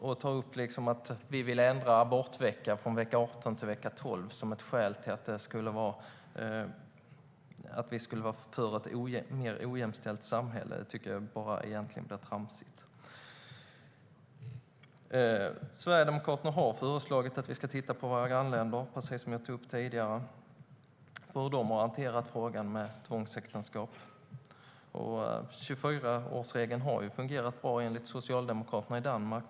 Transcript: Att ta upp att vi vill ändra sista abortveckan från vecka 18 till vecka 12 som ett argument för att vi skulle vara för ett mer ojämställt samhälle tycker jag egentligen bara blir tramsigt. Sverigedemokraterna har, som jag tog upp tidigare, föreslagit att vi ska titta på våra grannländer och hur de har hanterat frågan om tvångsäktenskap. 24-årsregeln har fungerat bra, enligt Socialdemokraterna i Danmark.